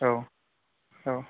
औ औ